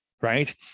right